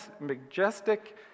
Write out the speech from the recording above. majestic